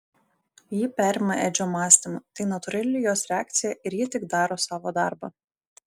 ji perima edžio mąstymą tai natūrali jos reakcija ir ji tik daro savo darbą